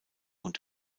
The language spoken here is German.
und